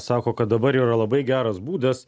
sako kad dabar yra labai geras būdas